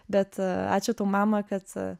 bet ačiū tau mama kad